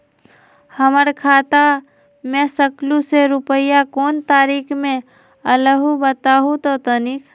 हमर खाता में सकलू से रूपया कोन तारीक के अलऊह बताहु त तनिक?